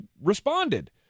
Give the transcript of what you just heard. responded